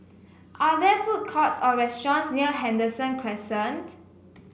are there food courts or restaurants near Henderson Crescent